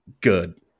good